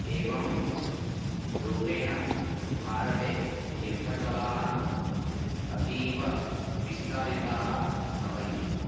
एवं रूपेण भारते युद्धकलाः अतीवविस्तारिताः भवन्ति